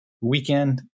weekend